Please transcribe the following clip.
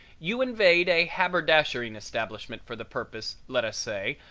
you invade a haberdashering establishment for the purpose, let us say,